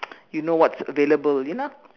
you know what's available you know